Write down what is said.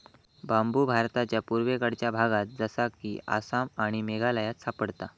बांबु भारताच्या पुर्वेकडच्या भागात जसा कि आसाम आणि मेघालयात सापडता